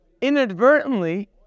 inadvertently